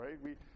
right